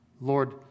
Lord